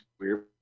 weird